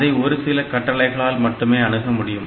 அதை ஒரு சில கட்டளைகளால் மட்டுமே அணுக முடியும்